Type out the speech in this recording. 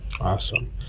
Awesome